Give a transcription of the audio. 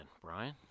Brian